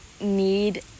need